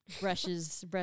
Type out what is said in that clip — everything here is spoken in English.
brushes